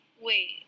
wait